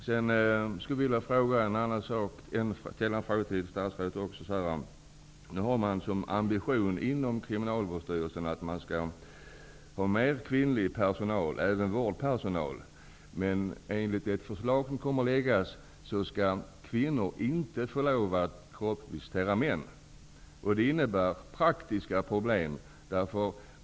Jag skulle också vilja ta upp en annan fråga med statsrådet. Nu har Kriminalvårdsstyrelsen som ambition att man skall ha mer kvinnlig personal, även vårdpersonal. Enligt ett förslag som kommer att läggas fram skall kvinnor inte få lov att kroppsvisitera män. Detta innebär praktiska problem.